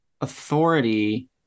authority